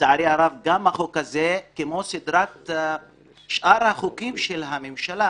לצערי הרב, גם החוק הזה, כמו שאר החוקים של הממשלה